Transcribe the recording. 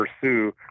pursue